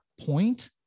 point